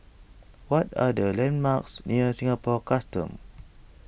what are the landmarks near Singapore Customs